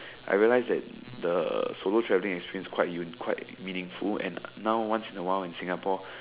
I realized that the solo traveling experience is quite quite meaningful and now once in a while in Singapore